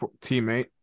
teammate